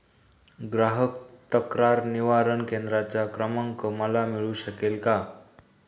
ग्राहक तक्रार निवारण केंद्राचा क्रमांक मला मिळू शकेल का?